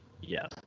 yes